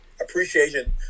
appreciation